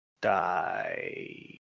Die